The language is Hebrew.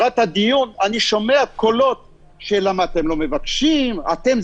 לקראת הדיון אני שומע קולות שאומרים למה אתם לא מבקשים אתם,